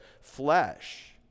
flesh